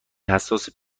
حساس